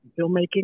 filmmaking